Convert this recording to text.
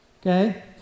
Okay